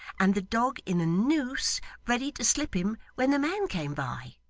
and the dog in a noose ready to slip him when the man came by